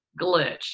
glitch